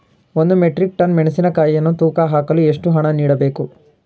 ಒಂದು metric ton ಮೆಣಸಿನಕಾಯಿಯನ್ನು ತೂಕ ಹಾಕಲು ಎಷ್ಟು ಹಣ ನೀಡಬೇಕು?